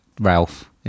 Ralph